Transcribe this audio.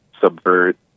subvert